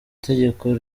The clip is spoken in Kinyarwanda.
tegeko